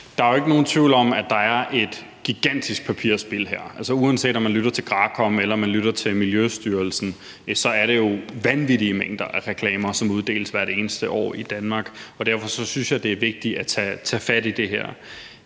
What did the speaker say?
Der er jo ikke nogen tvivl om, at der er et gigantisk papirspild her. Uanset om man lytter til GRAKOM, eller om man lytter til Miljøstyrelsen, er det jo vanvittige mængder af reklamer, som uddeles hvert eneste år i Danmark. Derfor synes jeg, at det er vigtigt at tage fat i det her.